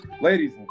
Ladies